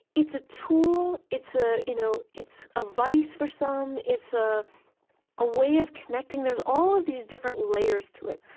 it's a tool. it's ah you know it's a vice for some. it's ah a way of connecting. there's all of these different layers to it.